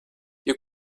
you